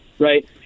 right